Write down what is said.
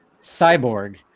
Cyborg